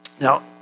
now